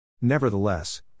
Nevertheless